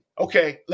okay